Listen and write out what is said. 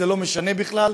זה לא משנה בכלל.